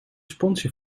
sponsje